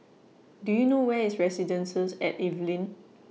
Do YOU know Where IS Residences At Evelyn